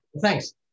Thanks